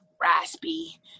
raspy